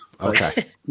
Okay